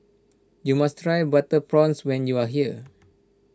you must try Butter Prawns when you are here